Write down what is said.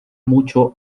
mucho